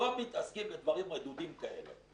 לא מתעסקים בדברים רדודים כאלה.